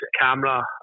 camera